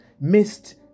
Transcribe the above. missed